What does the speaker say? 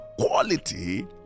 quality